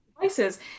devices